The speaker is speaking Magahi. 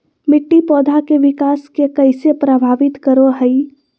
मिट्टी पौधा के विकास के कइसे प्रभावित करो हइ?